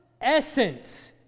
essence